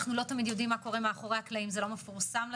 אנחנו לא תמיד יודעים מה קורה מאחורי הקלעים - זה לא מפורסם לציבור.